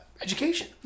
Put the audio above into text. education